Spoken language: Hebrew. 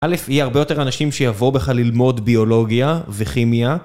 א' יהיה הרבה יותר אנשים שיבואו בכלל ללמוד ביולוגיה וכימיה